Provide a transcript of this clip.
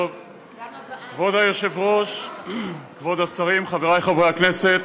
כבוד היושב-ראש, כבוד השרים, חברי חברי הכנסת,